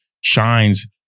shines